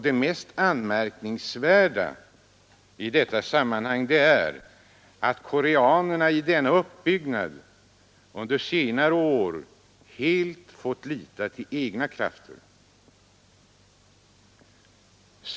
Det mest anmärkningsvärda är att koreanerna i denna uppbyggnad under senare år helt fått lita till egna krafter.